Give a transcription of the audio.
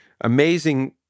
amazing